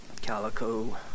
calico